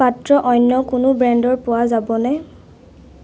পাত্ৰ অন্য কোনো ব্ৰেণ্ডৰ পোৱা যাবনে